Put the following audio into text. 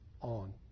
on